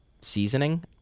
seasoning